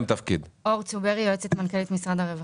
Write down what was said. אור צוברי, יועצת מנכ"לית משרד הרווחה.